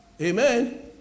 Amen